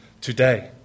today